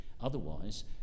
otherwise